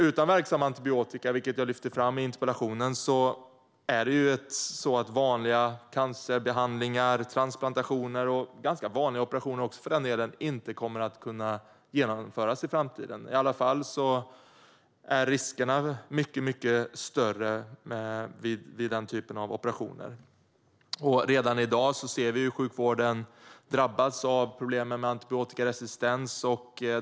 Utan verksam antibiotika, vilket jag lyfter fram i interpellationen, kommer vanliga cancerbehandlingar, transplantationer och ganska vanliga operationer också för den delen inte att kunna genomföras i framtiden. I alla fall blir riskerna mycket större vid den typen av operationer. Redan i dag ser vi hur sjukvården drabbas av problem med antibiotikaresistens.